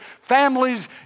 families